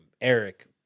eric